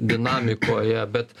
dinamikoje bet